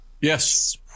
yes